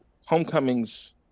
Homecoming's